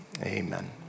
amen